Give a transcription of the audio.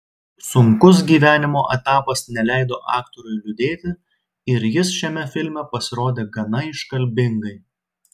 sunkus gyvenimo etapas neleido aktoriui liūdėti ir jis šiame filme pasirodė gana iškalbingai